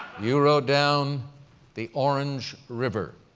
you wrote down the orange river,